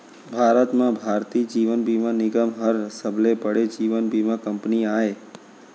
भारत म भारतीय जीवन बीमा निगम हर सबले बड़े जीवन बीमा कंपनी आय